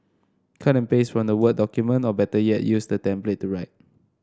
cut and paste from the word document or better yet use the template to write